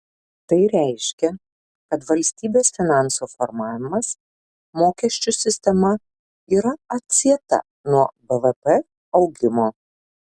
tai reiškia kad valstybės finansų formavimas mokesčių sistema yra atsieta nuo bvp augimo